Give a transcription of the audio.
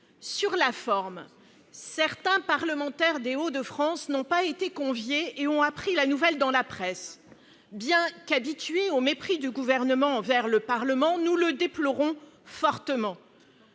Sur la forme, d'abord. Certains parlementaires des Hauts-de-France n'ont pas été conviés et ont appris la nouvelle dans la presse. Bien qu'habitués au mépris du Gouvernement envers le Parlement, nous le déplorons fortement,